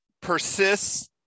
persists